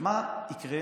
מה יקרה